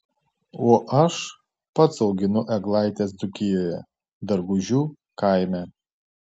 o aš pats auginu eglaites dzūkijoje dargužių kaime